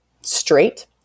straight